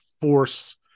force